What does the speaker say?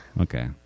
Okay